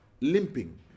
limping